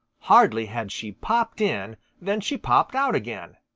hardly had she popped in than she popped out again.